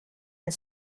and